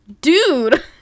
Dude